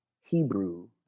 Hebrew